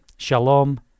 Shalom